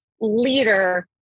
leader